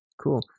Cool